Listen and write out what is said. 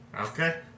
Okay